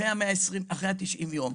אחרי ה-90 יום,